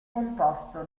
composto